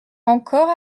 encore